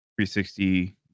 360